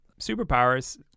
superpowers